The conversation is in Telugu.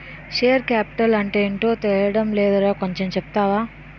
షేర్ కాపిటల్ అంటేటో తెలీడం లేదురా కొంచెం చెప్తావా?